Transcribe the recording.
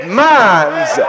minds